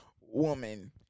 woman